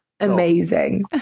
Amazing